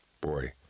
Boy